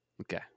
Okay